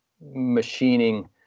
machining